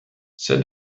said